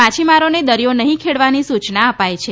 માછીમારોને દરિયો નહીં ખેડવાની સૂચના અપાઈ છે